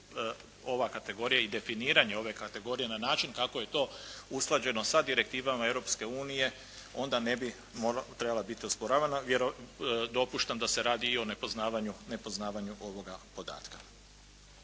ova kategorija i definiranje ove kategorije na način kako je to usklađeno sa direktivama Europske unije onda ne bi trebala biti osporavana. Dopuštam da se radi i o nepoznavanju ovoga podatka.